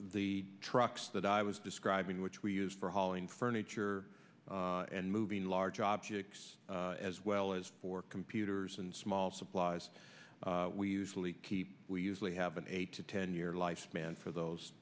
the trucks that i was describing which we use for hauling furniture and moving large objects as well as for computers and small supplies we usually keep we usually have an eight to ten year life span for those